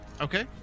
Okay